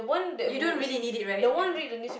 you don't really need it right ya